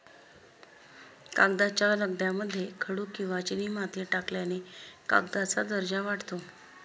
कागदाच्या लगद्यामध्ये खडू किंवा चिनीमाती टाकल्याने कागदाचा दर्जा वाढतो